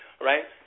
right